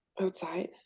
Outside